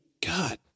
God